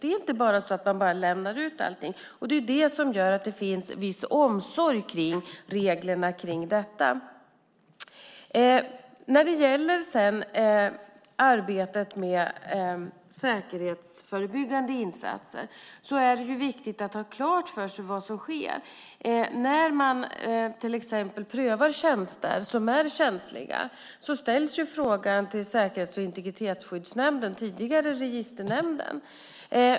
Det är inte så att man bara lämnar ut allting. Det är det som gör att det finns viss omsorg om reglerna kring detta. När det sedan gäller arbetet med säkerhetsförebyggande insatser är det viktigt att ha klart för sig vad som sker. När man till exempel prövar tjänster som är känsliga ställs frågan till Säkerhets och integritetsskyddsnämnden, tidigare Registernämnden.